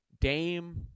Dame